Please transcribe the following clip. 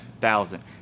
thousand